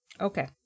Okay